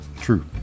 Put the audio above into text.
True